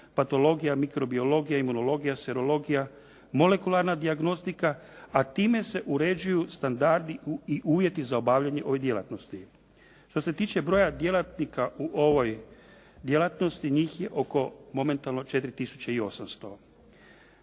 patologija, mikrobiologija, imunologija, serologija, molekularna dijagnostika. A time se uređuju standardi i uvjeti za obavljanje ove djelatnosti. Što se tiče broja djelatnika u ovoj djelatnosti njih je momentalno 4